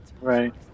Right